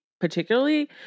particularly